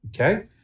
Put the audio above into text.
okay